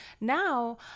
now